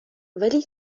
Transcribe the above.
ولی